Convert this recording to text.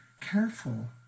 careful